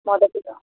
మొదటిగా